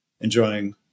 enjoying